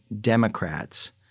Democrats—